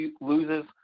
loses